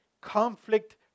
conflict